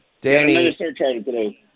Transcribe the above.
Danny